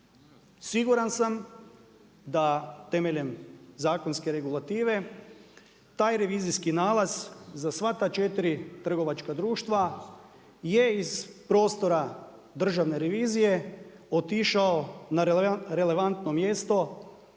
Siguran sam da temeljem zakonske regulative, taj revizijski nalaz, za sva ta 4 trgovačka društva, je iz prostora državne revizije, otišao na relevantno mjesto,